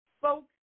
folks